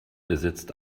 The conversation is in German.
besitzt